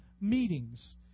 meetings